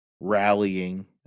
rallying